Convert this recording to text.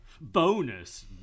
bonus